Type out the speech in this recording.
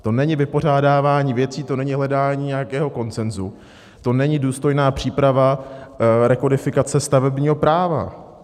To není vypořádávání věcí, to není hledání nějakého konsenzu, to není důstojná příprava rekodifikace stavebního práva.